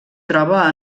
troba